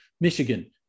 Michigan